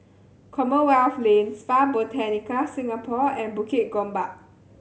Commonwealth Lane Spa Botanica Singapore and Bukit Gombak